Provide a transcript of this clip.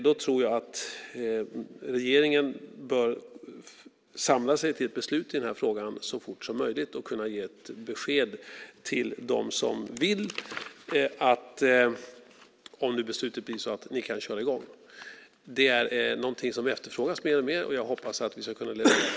Då tror jag att regeringen bör samla sig till ett beslut i denna fråga så fort som möjligt för att kunna ge ett besked till dem som vill köra i gång - om nu beslutet blir så - att de kan göra det. Det är någonting som efterfrågas mer och mer och jag hoppas att vi ska kunna leverera.